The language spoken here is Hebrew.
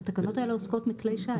התקנות האלה עוסקות מכלי שיט.